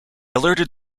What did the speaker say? alerted